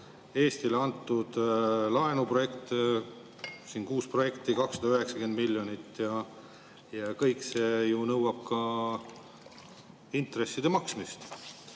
Eestile antud laenu projekt, kuus projekti – 290 miljonit [eurot]. Kõik see nõuab ka intresside maksmist.